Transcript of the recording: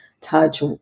touch